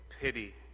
pity